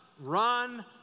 run